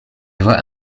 loi